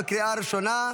בקריאה ראשונה.